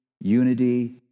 unity